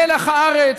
מלח הארץ,